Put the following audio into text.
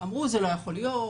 אמרו שזה לא יכול להיות,